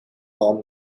tom